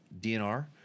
dnr